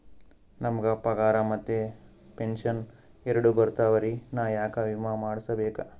ನಮ್ ಗ ಪಗಾರ ಮತ್ತ ಪೆಂಶನ್ ಎರಡೂ ಬರ್ತಾವರಿ, ನಾ ಯಾಕ ವಿಮಾ ಮಾಡಸ್ಬೇಕ?